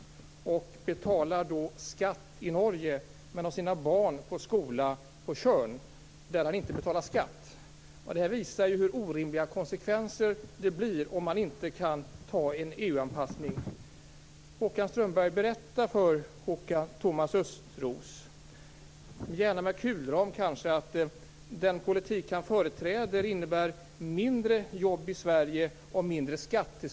Då betalar han skatt i Norge, men han har sina barn i skola på Tjörn där han inte betalar skatt. Detta visar ju hur orimliga konsekvenserna blir om man inte kan göra en EU-anpassning. Håkan Strömberg, berätta för Thomas Östros, gärna med kulram kanske, att den politik han företräder innebär mindre jobb i Sverige och mindre skatt till